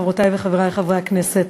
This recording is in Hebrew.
חברותי וחברי חברי הכנסת,